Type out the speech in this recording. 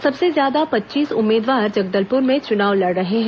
सबसे ज्यादा पच्चीस उम्मीदवार जगदलपुर में चुनाव लड़ रहे हैं